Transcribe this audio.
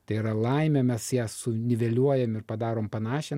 tai yra laimė mes ją suniveliuojam ir padarom panašią